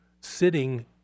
sitting